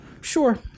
Sure